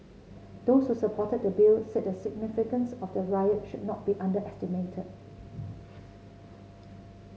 those who supported the Bill said the significance of the riot should not be underestimated